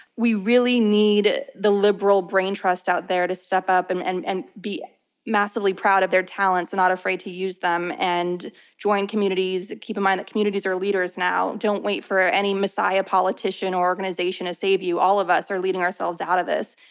we really need the liberal braintrust out there to step up and and and be massively proud of their talents, not afraid to use them, and join communities. keep in mind that communities are leaders now. don't wait for any messiah politician or organization to save you. all of us are leading ourselves out of this.